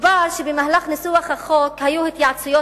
דובר שבמהלך ניסוח החוק היו התייעצויות